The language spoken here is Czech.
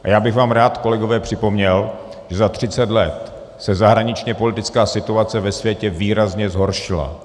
A já bych vám rád, kolegové, připomněl, že za 30 let se zahraničněpolitická situace ve světě výrazně zhoršila.